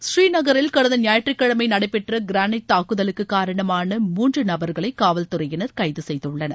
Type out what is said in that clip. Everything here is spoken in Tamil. ஸ்ரீநகரில் கடந்த ஞாயிற்றுக்கிழமை நடைபெற்ற கிரானைட் தாக்குதலுக்கு காரணமாள மூன்று நபர்களை காவல்துறையினர் கைது செய்துள்ளனர்